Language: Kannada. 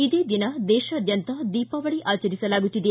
ಇದೇ ದಿನ ದೇಶಾದ್ದಂತ ದೀಪಾವಳಿ ಆಚರಿಸಲಾಗುತ್ತಿದೆ